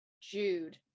Jude